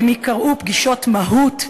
הפגישות ייקראו פגישות מהו"ת,